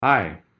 Hi